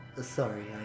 sorry